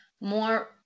more